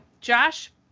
Josh